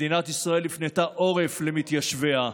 מדינת ישראל הפנתה עורף למתיישביה.